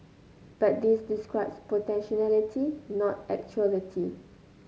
but this describes potentiality not actuality